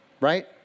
right